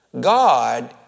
God